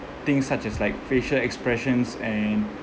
things such as like facial expressions and